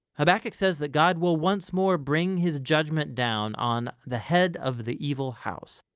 habakkuk says that god will once more bring his judgment down on the head of the evil house.